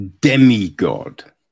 Demigod